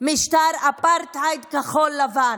משטר אפרטהייד כחול לבן,